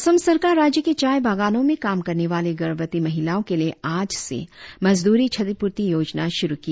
असम सरकार राज्य के चाय बागानों में काम करने वाली गर्भवती महिलाओं के लिए आज से मजदूरी क्षतिपूर्ति योजना शुरु की